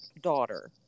daughter